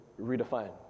redefine